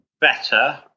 better